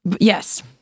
yes